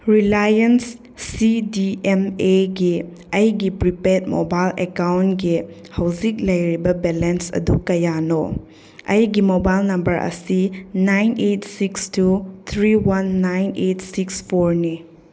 Reliance C D M ꯑꯦꯒꯤ ꯑꯩꯒꯤ prepaid mobile ꯑꯦꯛꯀꯥꯎꯟꯀꯤ ꯍꯧꯖꯤꯛ ꯂꯩꯔꯤꯕ ꯕꯦꯂꯦꯟꯁ ꯑꯗꯨ ꯀꯌꯥꯅꯣ ꯑꯩꯒꯤ ꯃꯣꯕꯥꯏꯜ ꯅꯝꯕꯔ ꯑꯁꯤ nine eight six two three one nine eight six ꯐꯣꯔꯅꯤ